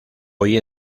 hoy